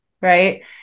right